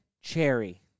Cherry